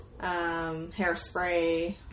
Hairspray